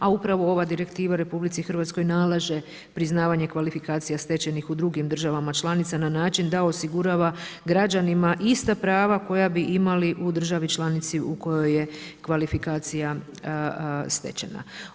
A upravo ova direktiva Republici Hrvatskoj nalaže priznavanje kvalifikacija stečenih u drugim državama članica na način da osigurava građanima ista prava koja bi imali u državi članici u kojoj je kvalifikacija stečena.